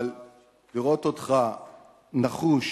אבל לראות אותך נחוש